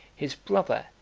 his brother,